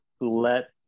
let